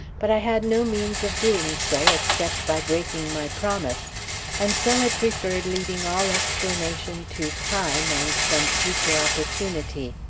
but i had no means of doing so except by breaking my promise and so had preferred leaving all explanation to time, and some future opportunity.